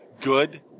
good